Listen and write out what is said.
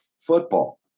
football